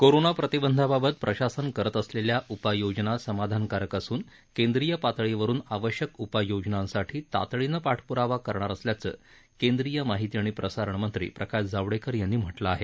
corona प्रतिबंधाबाबत प्रशासन करत असलेल्या उपाययोजना समाधानकारक असुन केंद्रीय पातळीवरुन आवश्यक उपाययोजनांसाठी तातडीनं पाठप्रावा करणार असल्याचं केंद्रीय माहिती आणि प्रसारणमंत्री प्रकाश जावडेकर यांनी म्हटलं आहे